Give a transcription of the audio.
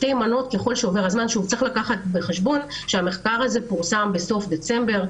צריך לקחת בחשבון שהמחקר הזה פורסם בסוף דצמבר,